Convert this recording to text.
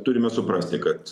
turime suprasti kad